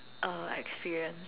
uh experience